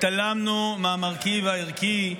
התעלמנו מהמרכיב הערכי.